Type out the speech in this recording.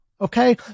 Okay